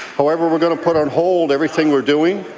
however, we're going to put on hold everything we're doing.